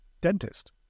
dentist